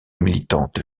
militante